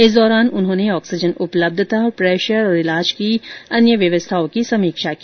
इस दौरान उन्होंने ऑक्सीजन उपलब्धता प्रेशर और ईलाज की अन्य व्यवस्थाओं की समीक्षा की